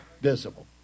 visible